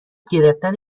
گرفتن